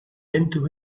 into